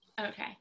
okay